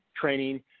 training